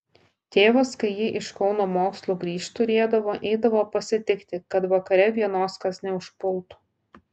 tėvas kai ji iš kauno mokslų grįžt turėdavo eidavo pasitikti kad vakare vienos kas neužpultų